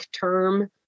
term